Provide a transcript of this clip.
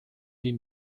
die